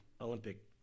Olympic